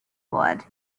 blood